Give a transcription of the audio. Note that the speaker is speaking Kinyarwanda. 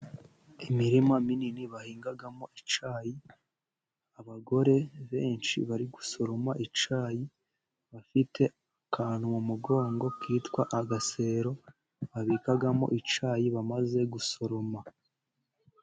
Imirima minini bahingamo icyayi, abagore benshi bari gusoroma icyayi, bafite akantu mu mugongo kitwa agasero, babikamo icyayi bamaze gusoroma.